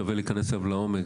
שווה להיכנס אליו לעומק,